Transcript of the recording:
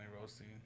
roasting